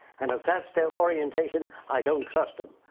and if that's their orientation, i don't trust them.